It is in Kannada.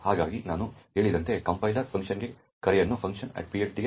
ಹಾಗಾಗಿ ನಾನು ಹೇಳಿದಂತೆ ಕಂಪೈಲರ್ ಫಂಕ್ಗೆ ಕರೆಯನ್ನು func PLT ಗೆ ಕರೆ ಮಾಡುವ ಮೂಲಕ ಬದಲಾಯಿಸುತ್ತದೆ